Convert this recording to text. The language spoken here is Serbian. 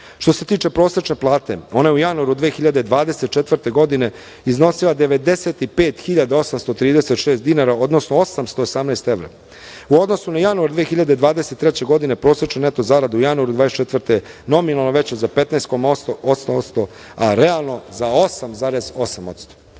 se tiče prosečne plate, ona je u januaru 2024. godine iznosila 95.836 odnosno 818 evra. U odnosu na januar 2023. godine, prosečna neto zarada u januaru 2024. godine nominalno je veća za 15,8%, a realno za